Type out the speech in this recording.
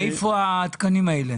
מאיפה התקנים האלה?